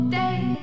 day